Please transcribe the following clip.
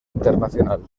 internacional